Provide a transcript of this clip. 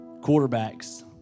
quarterbacks